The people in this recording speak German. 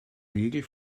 regel